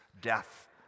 death